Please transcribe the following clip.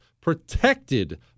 protected